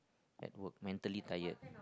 at work mentally tired